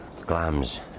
Glam's